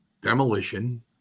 demolition